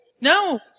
No